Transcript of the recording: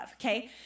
okay